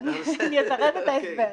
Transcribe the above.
אסביר.